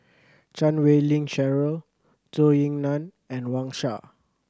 Chan Wei Ling Cheryl Zhou Ying Nan and Wang Sha